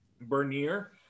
Bernier